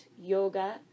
yoga